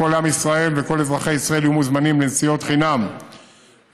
כל עם ישראל וכל אזרחי ישראל יהיו מוזמנים לנסיעות חינם ברכבת.